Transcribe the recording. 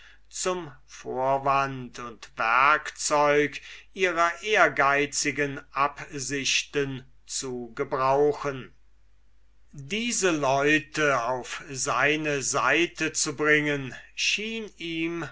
zum vorwand und zu werkzeugen ihrer ehrgeizigen absichten zu gebrauchen diese leute auf seine seite zu bringen schien ihm